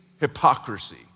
hypocrisy